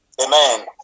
Amen